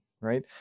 right